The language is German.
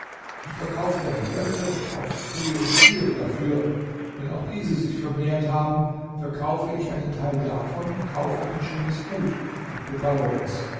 ich verkaufe dann die böcke und kaufe kühe und stiere dafür wenn auch diese sich vermehrt haben verkaufe ich einen teil davon und kaufe ein schönes gut und bebaue es